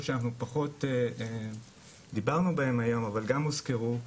שאנחנו פחות דיברנו בהם היום אבל גם הוזכרו,